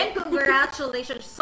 congratulations